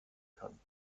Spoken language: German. kann